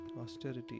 austerity